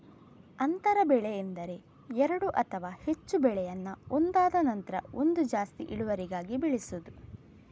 ಅಂತರ ಬೆಳೆ ಎಂದರೆ ಎರಡು ಅಥವಾ ಹೆಚ್ಚು ಬೆಳೆಯನ್ನ ಒಂದಾದ ನಂತ್ರ ಒಂದು ಜಾಸ್ತಿ ಇಳುವರಿಗಾಗಿ ಬೆಳೆಸುದು